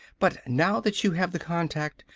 but now that you have the contact,